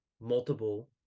multiple